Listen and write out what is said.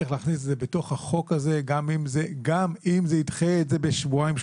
צריך להכניס את זה בתוך החוק הזה גם אם זה ידחה את זה בשבועיים-שלושה.